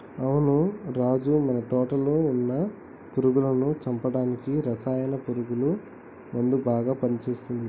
అవును రాజు మన తోటలో వున్న పురుగులను చంపడానికి రసాయన పురుగుల మందు బాగా పని చేస్తది